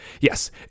yes